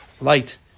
light